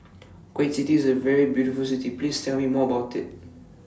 Kuwait City IS A very beautiful City Please Tell Me More about IT